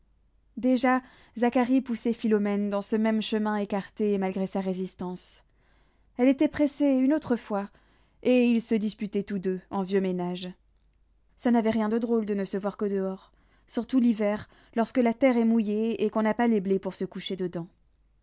déjà zacharie poussait philomène dans ce même chemin écarté malgré sa résistance elle était pressée une autre fois et ils se disputaient tous deux en vieux ménage ça n'avait rien de drôle de ne se voir que dehors surtout l'hiver lorsque la terre est mouillée et qu'on n'a pas les blés pour se coucher dedans